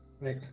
right